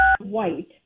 white